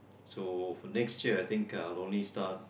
so for next year I think I'll only start